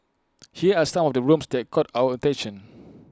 here are some of the rooms that caught our attention